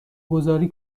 گذاری